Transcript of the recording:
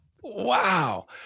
Wow